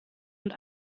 und